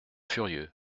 furieux